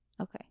Okay